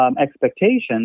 expectations